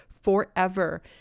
forever